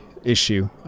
issue